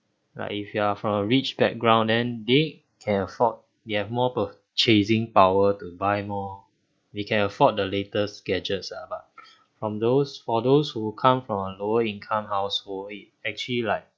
like if you are from a rich background then they can afford they have more purchasing power to buy more they can afford the latest gadget ah but from those for those who come from a lower income households it actually like